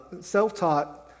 self-taught